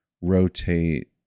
rotate